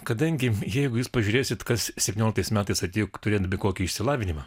kadangi jeigu jūs pažiūrėsit kas septynioliktais metais atėjo turėdami kokį išsilavinimą